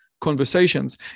conversations